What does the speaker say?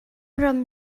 ram